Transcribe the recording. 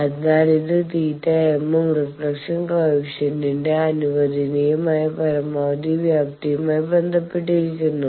അതിനാൽ ഇത് θm ഉം റിഫ്ലക്ഷൻ കോയെഫിഷ്യന്റിന്റെ അനുവദനീയമായ പരമാവധി വ്യാപ്തിയുമായി ബന്ധപ്പെട്ടിരിക്കുന്നു